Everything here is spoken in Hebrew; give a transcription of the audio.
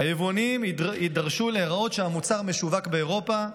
היבואנים יידרשו להראות שהמוצר משווק באירופה,